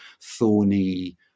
thorny